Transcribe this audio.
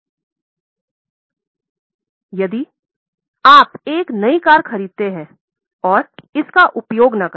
अब यदि आप एक नई कार खरीदते हैं औऱ इसका उपयोग न करें